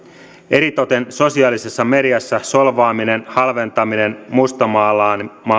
eritoten sosiaalisessa mediassa solvaaminen halventaminen mustamaalaaminen